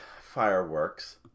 fireworks